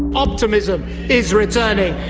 optimism is returning.